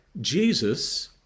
Jesus